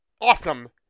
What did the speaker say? awesome